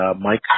Mike